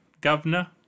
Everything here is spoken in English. governor